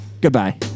Goodbye